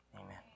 amen